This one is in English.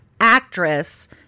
actress